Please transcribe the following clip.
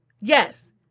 Yes